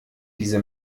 diese